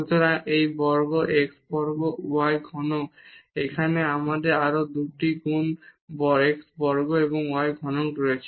সুতরাং এই x বর্গ y ঘনক এখানেও আমাদের 2 গুণ x বর্গ y ঘনক আছে